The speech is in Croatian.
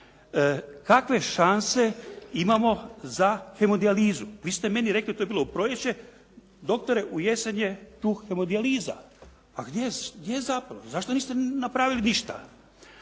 kakve šanse imamo za hemodijalizu. Vi ste meni rekli, to je bilo u proljeće, doktore u jesen je tu hemodijaliza. A gdje je zapelo? Zašto niste napravili ništa?